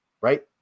right